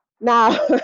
Now